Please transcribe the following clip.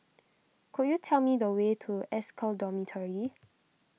could you tell me the way to S Cal Dormitory